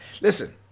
Listen